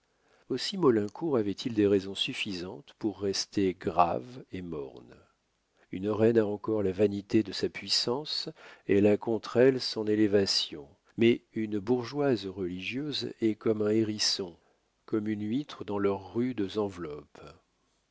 aussi maulincour avait-il des raisons suffisantes pour rester grave et morne une reine a encore la vanité de sa puissance elle a contre elle son élévation mais une bourgeoise religieuse est comme un hérisson comme une huître dans leurs rudes enveloppes